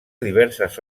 diverses